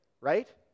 right